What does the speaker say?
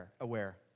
aware